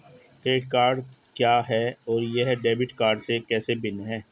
Credit card क्या है और यह डेबिट कार्ड से कैसे भिन्न है?